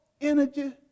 energy